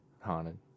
haunted